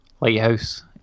lighthouse